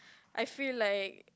I feel like